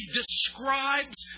describes